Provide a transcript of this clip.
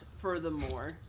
furthermore